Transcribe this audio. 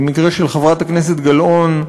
במקרה של חברת הכנסת גלאון,